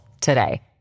today